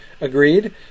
agreed